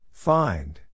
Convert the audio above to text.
Find